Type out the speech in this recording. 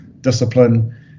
discipline